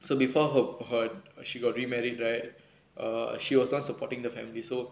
so before her her she got remarried right err she was not supporting the family so